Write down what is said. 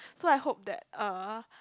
so I hope that uh